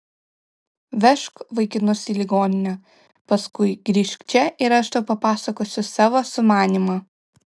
vežk vaikinus į ligoninę paskui grįžk čia ir aš tau papasakosiu savo sumanymą